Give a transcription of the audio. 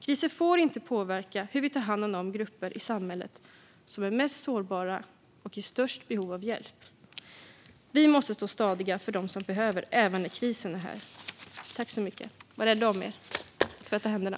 Kriser får inte påverka hur vi tar hand om de grupper i samhället som är mest sårbara och i störst behov av hjälp. Vi måste stå stadiga för dem som behöver det även när krisen är här. Var rädda om er, och tvätta händerna!